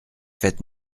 faite